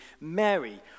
Mary